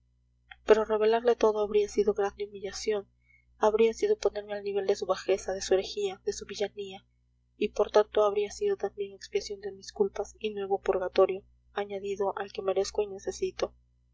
pero revelarle todo habría sido grande humillación habría sido ponerme al nivel de su bajeza de su herejía de su villanía y por tanto habría sido también expiación de mis culpas y nuevo purgatorio añadido al que merezco y necesito